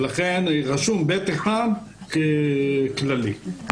רשום ב1 כללי.